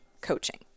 coaching